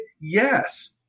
Yes